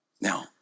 Now